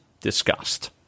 discussed